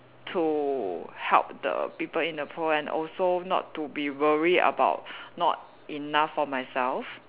to help the people in the poor and also not to be worried about not enough for myself